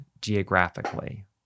geographically